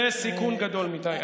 זה סיכון גדול מדי.